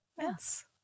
Yes